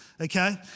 Okay